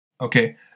Okay